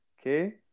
okay